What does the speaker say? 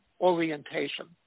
orientation